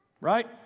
Right